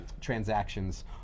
transactions